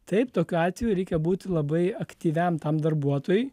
taip tokiu atveju reikia būti labai aktyviam tam darbuotojui